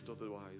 otherwise